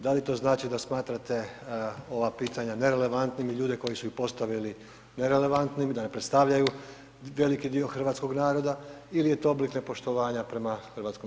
Da li to znači da smatrate ova pitanja nerelevantnim i ljude koji su ih postavili nerelevantnim, da ne predstavljaju veliki dio hrvatskog naroda ili je to oblik nepoštovanja prema HS?